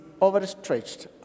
overstretched